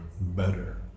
better